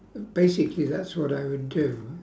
basically that's what I would do